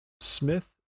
Smith